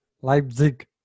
Leipzig